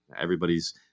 everybody's